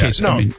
No